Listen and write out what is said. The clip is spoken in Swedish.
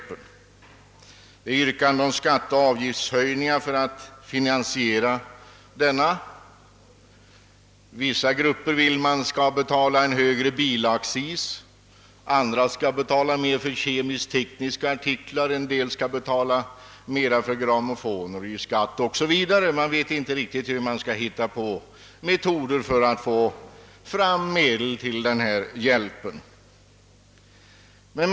Det är yrkanden om skatteoch avgiftshöjningar för att finansiera denna hjälp. Vissa motionärer vill att vi skall betala högre bilaccis, andra vill att vi skall betala mer för kemisk-tekniska artiklar, en del vill att vi skall betala mera i skatt för grammo foner o.s.v. Man vet inte riktigt vilka metoder man skall hitta på för att få fram medel till hjälpen.